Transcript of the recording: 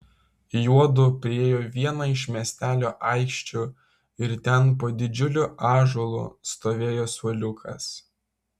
juodu priėjo vieną iš miestelio aikščių ir ten po didžiuliu ąžuolu stovėjo suoliukas